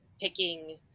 picking